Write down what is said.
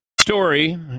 Story